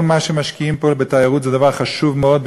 כל מה שמשקיעים פה בתיירות זה דבר חשוב מאוד,